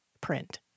print